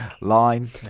Line